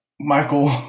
Michael